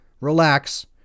relax